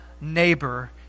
neighbor